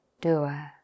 doer